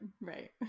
right